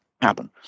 happen